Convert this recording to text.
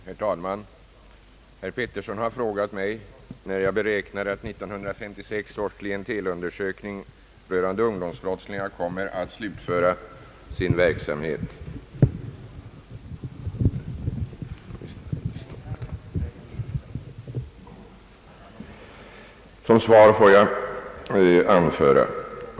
Herr talman! Herr Erik Filip Petersson har frågat mig när jag beräknar att 1956 års klientelundersökning rörande ungdomsbrottslingar kommer att slutföra sitt arbete. Som svar får jag anföra.